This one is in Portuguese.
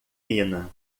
fina